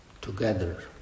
together